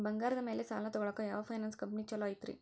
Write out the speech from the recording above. ಬಂಗಾರದ ಮ್ಯಾಲೆ ಸಾಲ ತಗೊಳಾಕ ಯಾವ್ ಫೈನಾನ್ಸ್ ಕಂಪನಿ ಛೊಲೊ ಐತ್ರಿ?